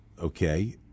okay